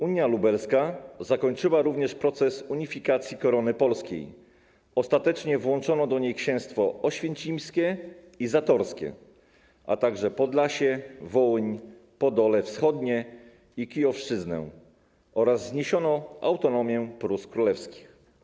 Unia lubelska zakończyła również proces unifikacji Korony Polskiej, ostatecznie włączono do niej księstwo oświęcimskie i zatorskie, a także Podlasie, Wołyń, Podole Wschodnie i kijowszczyznę oraz zniesiono autonomię Prus Królewskich.